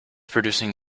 producing